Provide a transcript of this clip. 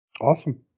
Awesome